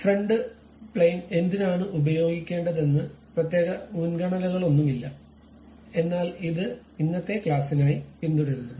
front പ്രതലം എന്തിനാണ് ഉപയോഗിക്കേണ്ടതെന്ന് പ്രത്യേക മുൻഗണനകളൊന്നുമില്ല എന്നാൽ ഇത് ഇന്നത്തെ ക്ലാസ്സിനായി പിന്തുടരുന്നത്